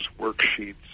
worksheets